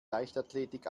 leichtathletik